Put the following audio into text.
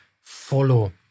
follow